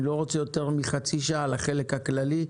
אני לא רוצה יותר מחצי שעה לחלק הכללי.